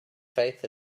faith